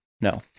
No